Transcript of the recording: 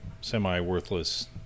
semi-worthless